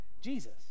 Jesus